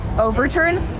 overturn